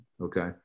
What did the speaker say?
okay